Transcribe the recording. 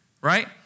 right